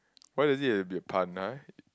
why does it have to be a pun ah